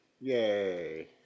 Yay